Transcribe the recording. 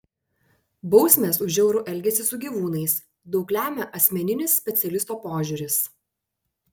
bausmės už žiaurų elgesį su gyvūnais daug lemia asmeninis specialisto požiūris